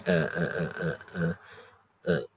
uh uh uh uh uh